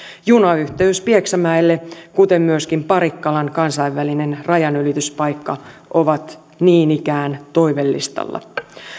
junayhteys pieksämäelle kuten myöskin parikkalan kansainvälinen rajanylityspaikka ovat niin ikään toivelistalla